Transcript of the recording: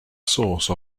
source